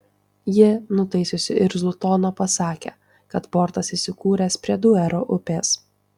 ji nutaisiusi irzlų toną pasakė kad portas įsikūręs prie duero upės